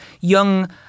young